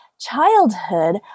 Childhood